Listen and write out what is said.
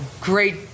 great